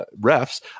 refs